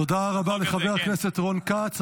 תודה רבה לחבר הכנסת רון כץ.